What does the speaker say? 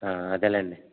అదేలేండి